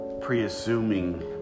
pre-assuming